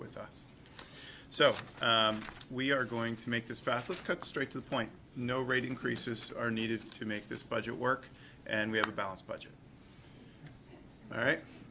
with us so we are going to make this fast let's cut straight to the point no rate increases are needed to make this budget work and we have a balanced budget all right